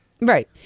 Right